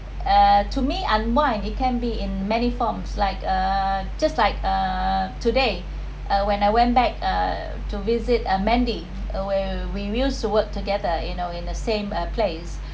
uh to me unwind it can be in many forms like uh just like uh today uh when I went back uh to visit uh mandy where we use to work together you know in the same uh place